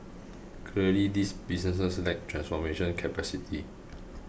clearly these businesses lack transformation capacity